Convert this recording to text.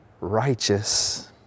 righteous